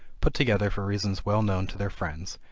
put together for reasons well known to their friends,